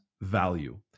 value